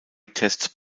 test